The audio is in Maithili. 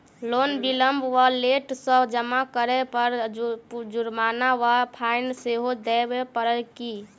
लोन विलंब वा लेट सँ जमा करै पर जुर्माना वा फाइन सेहो देबै पड़त की?